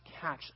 catch